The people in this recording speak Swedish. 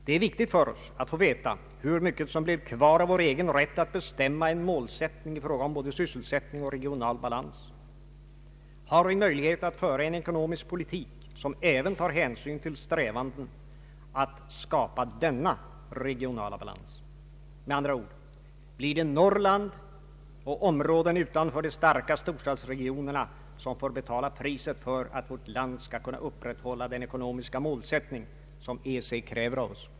Det är viktigt för oss att få veta hur mycket som blir kvar av vår egen rätt att bestämma vår målsättning i fråga om både sysselsättning och regional balans. Har vi möjlighet att föra en ekonomisk politik som även tar hänsyn till strävanden att skapa denna regionala balans? Med andra ord: Blir det Norrland och områden utanför de starka storstadsregionerna som får betala priset för att vårt land skall kunna upprätthålla den ekonomiska målsättning som EEC kräver av oss?